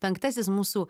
penktasis mūsų